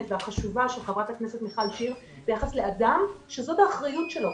והחשובה של חברת הכנסת מיכל שיר ביחס לאדם שזאת האחריות שלו.